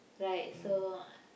right so